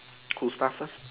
who start first